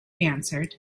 answered